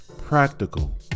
practical